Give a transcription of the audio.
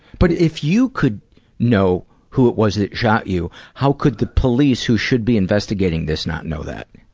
but if you could know who it was that shot you, how could the police who should be investigating this, not know that?